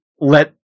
Let